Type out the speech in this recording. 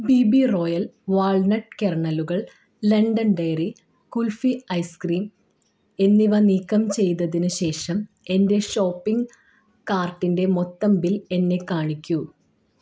B B Royal walnut കേർണലുകൾ London dairy kulfi ice cream എന്നിവ നീക്കം ചെയ്തതിന് ശേഷം എന്റെ ഷോപ്പിംഗ് കാർട്ടിന്റെ മൊത്തം ബിൽ എന്നെ കാണിക്കൂ